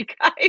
guys